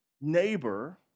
neighbor